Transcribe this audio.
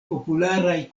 popularaj